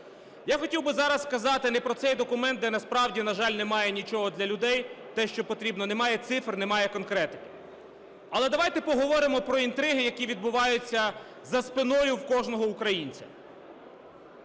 Я хотів би зараз сказати не про цей документ, де, насправді, на жаль, немає нічого для людей, те, що потрібно, немає цифр, немає конкретики. Але давайте поговоримо про інтриги, які відбуваються за спиною в кожного українця.